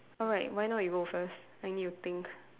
alright why not you go first I need to think